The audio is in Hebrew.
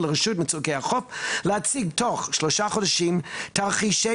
ולרשות מצוקי החוף להציג תוך שלושה חודשים תרחישי